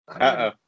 Uh-oh